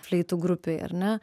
fleitų grupei ar ne